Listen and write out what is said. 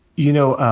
you know,